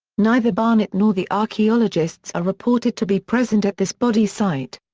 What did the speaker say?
neither barnett nor the archaeologists are reported to be present at this body site.